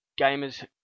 Gamers